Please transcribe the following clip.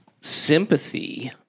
sympathy